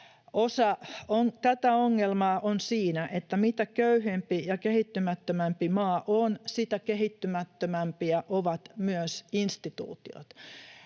Osa tätä ongelmaa on siinä, että mitä köyhempi ja kehittymättömämpi maa on, sitä kehittymättömämpiä ovat myös instituutiot.